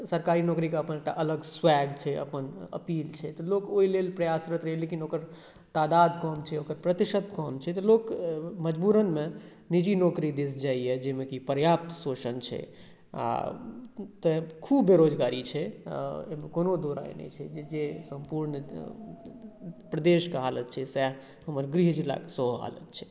सरकारी नौकरीके अपन एकटा अलग स्वैग छै अपन अपील छै तऽ लोक ओइ लेल प्रयासरत रहैए लेकिन ओकर तादात कम छै लोकक प्रतिशत कम छै तऽ लोक मजबूरन मे निजी नौकरी दिस जाइए जाहिमे कि पर्याप्त शोषण छै आओर तऽ खूब बेरोजगारी छै अइमे कुनू दू राय नहि छै जे जे सम्पूर्ण प्रदेशके हालत छै सएह हमर गृहजिलाक सेहो हालत छै